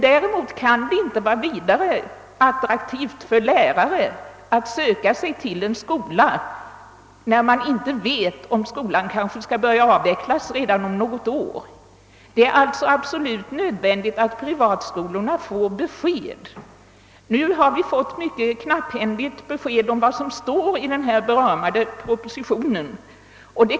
Däremot kan det inte vara vidare attraktivt för lärare att söka sig till en skola när de inte vet om den kanhända skall börja avvecklas redan om något 'år. Det är alltså absolut nödvändigt att privatskolorna får besked. Vi 'har nu fått ett mycket knapphändigt besked om vad som 'står i den beramade' propositionen.